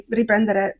riprendere